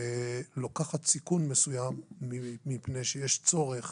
לוקחת סיכון מסוים מפני שיש צורך